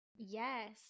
Yes